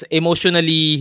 emotionally